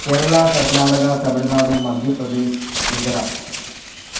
Kerala Karnataka Tamil Nadu Madhya Pradesh Gujarat